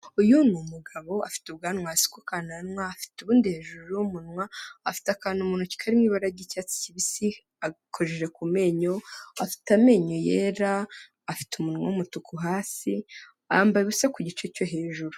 Uyu ni umugabo afite ubwanwa hasi ku kananwa afite ubundi hejuru y'umunwa afite akantu muntoki kari mu ibara ry'icyatsi kibisi agakojeje ku menyo afite amenyo yera afite umunwa w'umutuku hasi yambaye ubusa ku gice cyo hejuru.